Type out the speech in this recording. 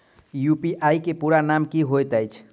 UPI केँ पूरा नाम की होइत अछि?